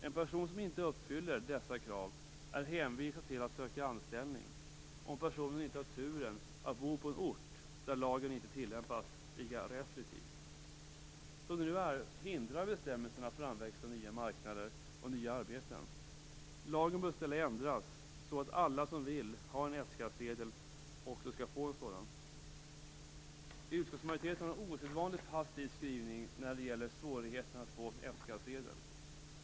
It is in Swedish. En person som inte uppfyller dessa krav är hänvisad till att söka anställning, om den här personen inte har sådan tur att han eller hon bor på en ort där lagen inte tillämpas lika restriktivt. Som det nu är hindrar bestämmelserna framväxten av nya marknader och nya arbeten. Lagen bör i stället ändras så att alla som vill ha en F-skattsedel får en sådan. Utskottsmajoriteten har en osedvanligt passiv skrivning när det gäller svårigheten att få en F skattsedel.